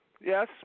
Yes